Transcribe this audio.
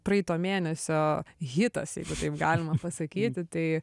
praeito mėnesio hitas jeigu taip galima pasakyti tai